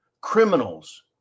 criminals